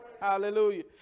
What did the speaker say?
Hallelujah